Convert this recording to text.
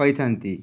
ପାଇଥାନ୍ତି